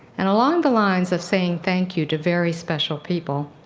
and along the lines of saying thank you to very special people,